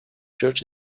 church